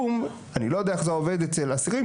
אני לא יודע איך זה עובד אצל אסירים